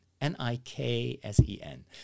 N-I-K-S-E-N